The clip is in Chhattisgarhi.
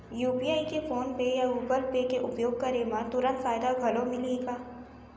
यू.पी.आई के फोन पे या गूगल पे के उपयोग करे म तुरंत फायदा घलो मिलही का?